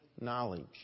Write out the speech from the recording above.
knowledge